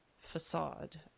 Facade